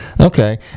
Okay